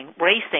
racing